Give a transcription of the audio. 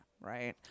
right